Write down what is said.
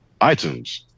iTunes